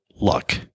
luck